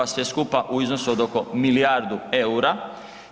Sve skupa u iznosu od oko milijardu EUR-a.